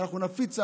אם אנחנו נפיץ אהבה,